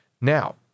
Now